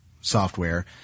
software